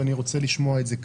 אבל אני רוצה לשמוע את זה כאן.